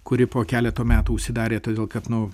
kuri po keleto metų užsidarė todėl kad nu